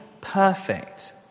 perfect